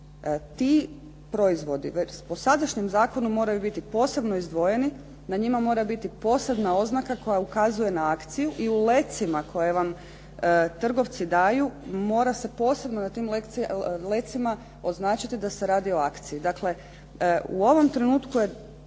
Ti proizvodi po sadašnjem zakonu moraju biti posebno izdvojeni, na njima mora biti posebna oznaka koja ukazuje na akciju i u lecima koje vam trgovci daju mora se posebno na tim lecima označiti da se radi o akciji.